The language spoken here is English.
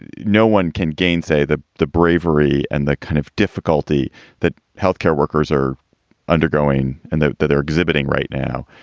no one can gain say that the bravery and the kind of difficulty that health care workers are undergoing and that that they're exhibiting right now.